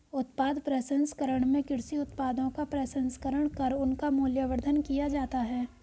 उत्पाद प्रसंस्करण में कृषि उत्पादों का प्रसंस्करण कर उनका मूल्यवर्धन किया जाता है